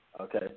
Okay